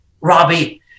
Robbie